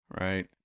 Right